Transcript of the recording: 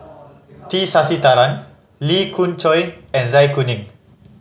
T Sasitharan Lee Khoon Choy and Zai Kuning